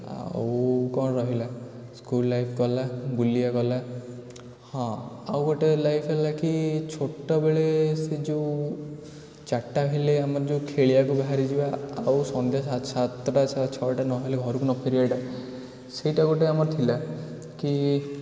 ଆଉ କ'ଣ ରହିଲା ସ୍କୁଲ୍ ଲାଇଫ୍ ଗଲା ବୁଲିବା ଗଲା ହଁ ଆଉ ଗୋଟେ ଲାଇଫ୍ ହେଲା କି ଛୋଟବେଳେ ସେ ଯେଉଁ ଚାରିଟା ହେଲେ ଆମର ଯେଉଁ ଖେଳିବାକୁ ବାହାରି ଯିବା ଆଉ ସନ୍ଧ୍ୟା ସାତଟା ଛଅଟା ନ ହେଲେ ଘରକୁ ନ ଫେରିବାଟା ସେଇଟା ଗୋଟେ ଆମର ଥିଲା କି